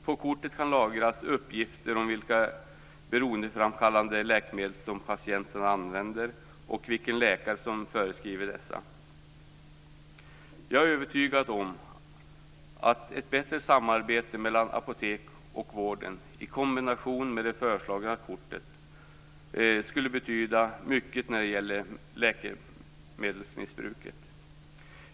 På kortet kan lagras uppgifter om vilka beroendeframkallande läkemedel som patienten använder och vilken läkare som förskriver dessa. Jag är övertygad om att ett bättre samarbete mellan apoteken och vården i kombination med det föreslagna kortet skulle betyda mycket när det gäller läkemedelsmissbruket.